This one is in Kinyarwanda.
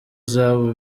zasubije